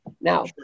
now